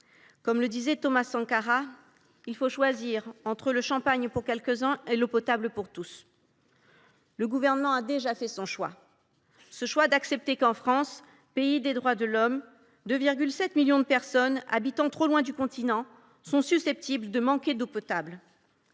Comme le disait Thomas Sankara, « il faut choisir entre le champagne pour quelques uns et l’eau potable pour tous ». Or le Gouvernement a fait son choix : le choix d’accepter qu’en France, pays des droits de l’homme, 2,7 millions de personnes, habitant trop loin du continent, soient susceptibles de manquer d’eau potable.